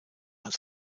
als